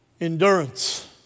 Endurance